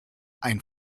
ein